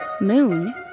Moon